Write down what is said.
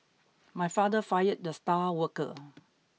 my father fired the star worker